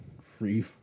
free